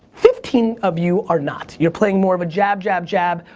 fifteen of you are not, you're playing more of a jab, jab, jab,